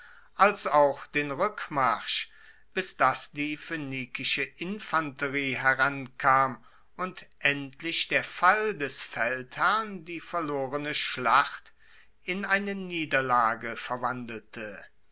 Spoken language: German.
als auch den rueckmarsch bis dass die phoenikische infanterie herankam und endlich der fall des feldherrn die verlorene schlacht in eine niederlage verwandelte